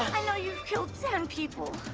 i know you've killed ten people,